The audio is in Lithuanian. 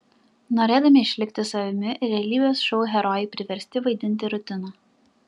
norėdami išlikti savimi realybės šou herojai priversti vaidinti rutiną